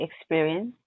experience